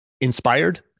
Inspired